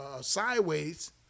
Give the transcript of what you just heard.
sideways